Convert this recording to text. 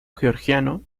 georgiano